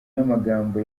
y’amagambo